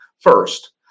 first